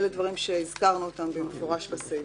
אלה דברים שהזכרנו אותם במפורש בסעיפים.